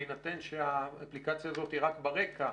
בהינתן שהאפליקציה הזאת היא רק ברקע?